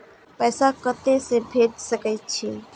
पैसा कते से भेज सके छिए?